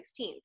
16th